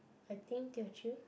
I think Teochew